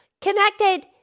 connected